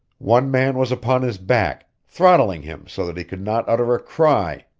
one man was upon his back, throttling him so that he could not utter a cry.